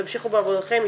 חברי הכנסת,